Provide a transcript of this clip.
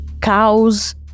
cows